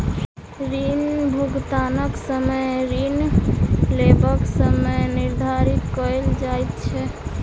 ऋण भुगतानक समय ऋण लेबाक समय निर्धारित कयल जाइत छै